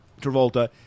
Travolta